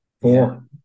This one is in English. Four